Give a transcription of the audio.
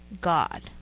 God